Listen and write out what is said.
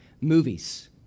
movies